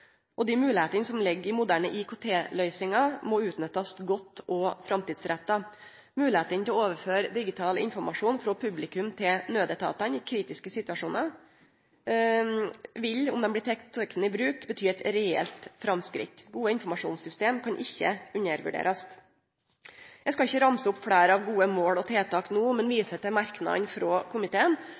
måte. Dei moglegheitene som ligg i moderne IKT-løysingar, må utnyttast godt og framtidsretta. Moglegheitene til å overføre digital informasjon frå publikum til nødetatane i kritiske situasjonar vil – om dei blir tekne i bruk – bety eit reelt framsteg. Gode informasjonssystem kan ikkje undervurderast. Eg skal ikkje ramse opp fleire gode mål og tiltak no, men viser til merknadene frå komiteen